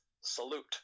salute